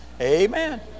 Amen